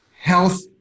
health